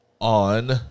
on